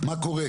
מה קורה?